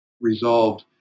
resolved